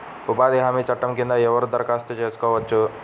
ఉపాధి హామీ చట్టం కింద ఎవరు దరఖాస్తు చేసుకోవచ్చు?